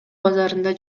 базарында